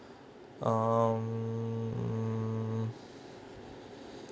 um